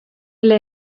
ele